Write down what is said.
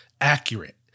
accurate